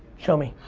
show me.